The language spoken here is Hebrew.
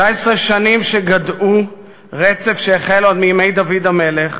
19 שנים שגדעו רצף שהחל עוד בימי דוד המלך,